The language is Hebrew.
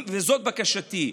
וזאת בקשתי: